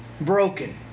Broken